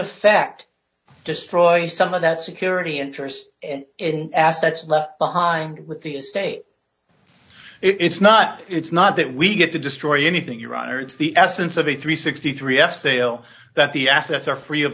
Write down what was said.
effect destroy some of that security interest in assets left behind with the estate it's not it's not that we get to destroy anything your honor it's the essence of a three hundred and sixty three f sale that the assets are free of